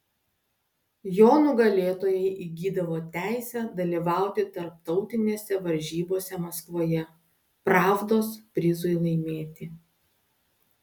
jo nugalėtojai įgydavo teisę dalyvauti tarptautinėse varžybose maskvoje pravdos prizui laimėti